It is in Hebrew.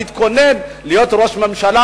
תתכונן להיות ראש ממשלה,